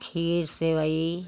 खीर सेवई